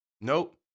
Nope